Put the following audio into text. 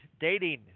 dating